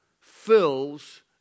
fills